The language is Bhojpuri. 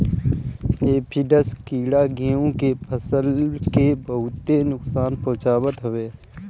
एफीडस कीड़ा गेंहू के फसल के बहुते नुकसान पहुंचावत हवे